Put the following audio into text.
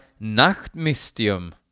Nachtmistium